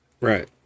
Right